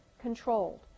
controlled